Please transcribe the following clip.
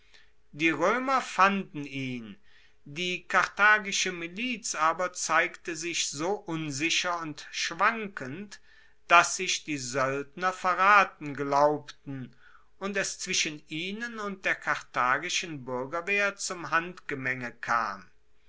die roemer fanden ihn die karthagische miliz aber zeigte sich so unsicher und schwankend dass sich die soeldner verraten glaubten und es zwischen ihnen und der karthagischen buergerwehr zum handgemenge kam